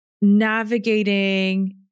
navigating